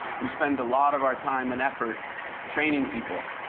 we spend a lot of our time and effort training people.